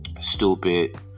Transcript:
stupid